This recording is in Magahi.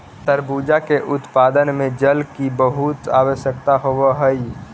तरबूजा के उत्पादन में जल की बहुत आवश्यकता होवअ हई